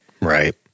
right